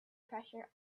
pressure